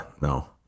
no